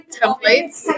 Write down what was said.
templates